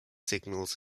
signals